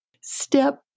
step